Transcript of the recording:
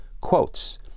quotes